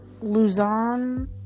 Luzon